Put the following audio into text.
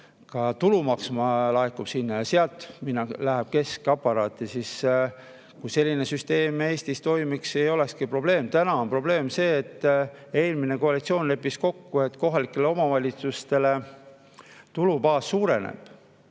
ka tulumaks laekub sinna, ja sealt läheb keskaparaati. Kui selline süsteem Eestis toimiks, ei olekski probleemi. Täna on probleem see, et eelmine koalitsioon leppis kokku, et tulubaas kohalikele omavalitsustele suureneb.